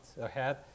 ahead